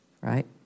right